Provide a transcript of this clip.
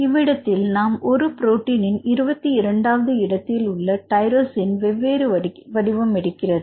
இவ்விடத்தில் நாம் ஒரு புரோட்டின்இன் 22 ஆவது இடத்தில் உள்ள டைரோசின் வெவ்வேறு வடிவம் எடுக்கிறது